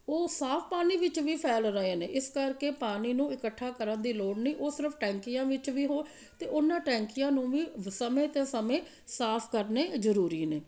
ਉਹ ਸਾਫ ਪਾਣੀ ਵਿੱਚ ਵੀ ਫੈਲ ਰਹੇ ਨੇ ਇਸ ਕਰਕੇ ਪਾਣੀ ਨੂੰ ਇਕੱਠਾ ਕਰਨ ਦੀ ਲੋੜ ਨਹੀਂ ਉਹ ਸਿਰਫ ਟੈਂਕੀਆਂ ਵਿੱਚ ਵੀ ਹੋ ਅਤੇ ਉਹਨਾਂ ਟੈਂਕੀਆਂ ਨੂੰ ਵੀ ਸਮੇਂ 'ਤੇ ਸਮੇਂ ਸਾਫ਼ ਕਰਨੇ ਜ਼ਰੂਰੀ ਨੇ